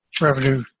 Revenue